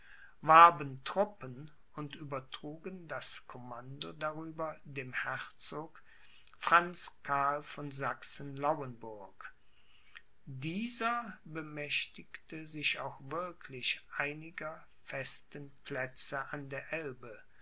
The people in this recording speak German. warben truppen und übertrugen das commando darüber dem herzog franz karl von sachsen lauenburg dieser bemächtigte sich auch wirklich einiger festen plätze an der elbe